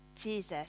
Jesus